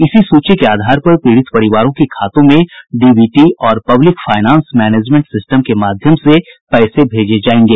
इसी सूची के आधार पर पीड़ित परिवारों के खातों में डीबीटी और पब्लिक फाइनांस मैनेजमेंट सिस्टम के माध्यम से पैसे भेजे जायेंगे